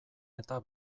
eta